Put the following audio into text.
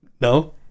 no